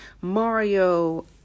Mario